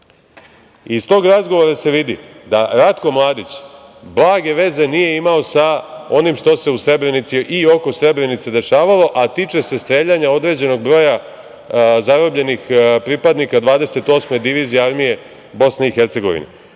tog razgovora se vidi da Ratko Mladić blage veze nije imao sa onim što se u Srebrenici i oko Srebrenice dešavalo, a tiče se streljanja određenog broja zarobljenih pripadnika 28. divizije armije BiH.Ovo kažem ne